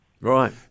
Right